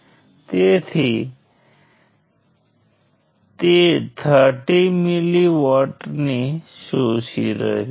અને અમારી પાસે B બ્રાન્ચીઝ પણ છે તેથી દરેક બ્રાન્ચમાં તેનો કરંટ વોલ્ટેજ સંબંધ હશે